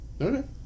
Okay